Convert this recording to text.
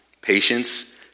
patience